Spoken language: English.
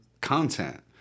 content